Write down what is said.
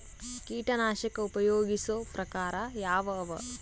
ಕೀಟನಾಶಕ ಉಪಯೋಗಿಸೊ ಪ್ರಕಾರ ಯಾವ ಅವ?